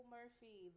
Murphy